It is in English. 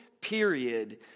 period